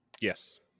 Yes